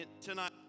tonight